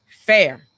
fair